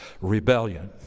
rebellion